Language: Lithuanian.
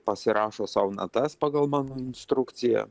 pasirašo sau natas pagal mano instrukciją